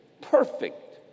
perfect